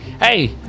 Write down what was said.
hey